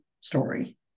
story